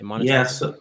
Yes